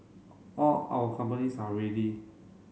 all our companies are ready